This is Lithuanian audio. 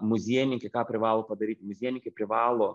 muziejininkai ką privalo padaryt muziejininkai privalo